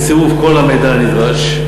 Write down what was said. בצירוף כל המידע הנדרש,